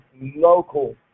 local